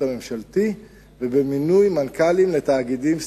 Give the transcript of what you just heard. הממשלתי ובמינוי מנכ"לים לתאגידים סטטוטוריים.